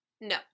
no